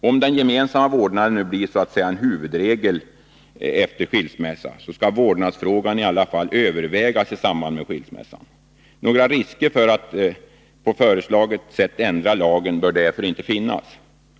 Om den gemensamma vårdnaden nu blir huvudregel efter skilsmässa, skall vårdnadsfrågan övervägas i samband med skilsmässa. Några risker med att på föreslaget sätt ändra lagen bör därför inte finnas.